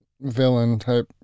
villain-type